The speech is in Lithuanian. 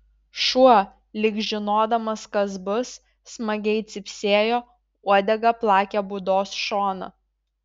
šuo lyg žinodamas kas bus smagiai cypsėjo uodega plakė būdos šoną